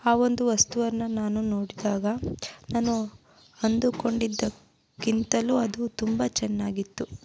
ಆ ಒಂದು ವಸ್ತುವನ್ನು ನಾನು ನೋಡಿದಾಗ ನಾನು ಅಂದುಕೊಂಡಿದ್ದಕ್ಕಿಂತಲೂ ಅದು ತುಂಬ ಚೆನ್ನಾಗಿತ್ತು